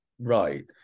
Right